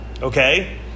Okay